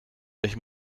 ich